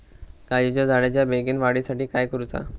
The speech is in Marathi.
काजीच्या झाडाच्या बेगीन वाढी साठी काय करूचा?